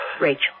Rachel